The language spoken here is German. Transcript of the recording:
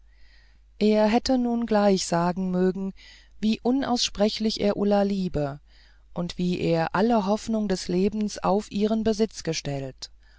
er hätte nun gleich sagen mögen wie unaussprechlich er ulla liebe und wie er alle hoffnung des lebens auf ihren besitz gestellt